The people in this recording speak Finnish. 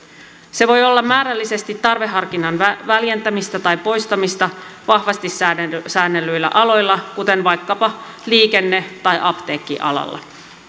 se voi olla määrällisesti tarveharkinnan väljentämistä tai poistamista vahvasti säännellyillä säännellyillä aloilla kuten vaikkapa liikenne tai apteekkialalla